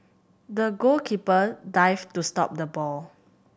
the goalkeeper dived to stop the ball